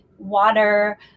water